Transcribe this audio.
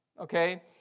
okay